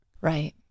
Right